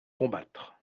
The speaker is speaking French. combattre